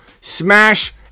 Smash